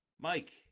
Mike